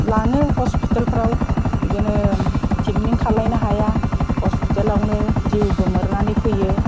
लाङो हस्पिटालफ्राव बिदिनो ट्रिटमेन्ट खालामनो हाया हस्पिटालआवनो जिउ गोमोरनानै फैयो